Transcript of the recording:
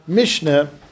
mishnah